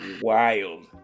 Wild